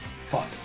fuck